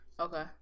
Okay